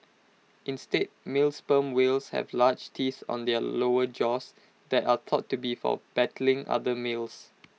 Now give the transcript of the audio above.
instead male sperm whales have large teeth on their lower jaws that are thought to be for battling other males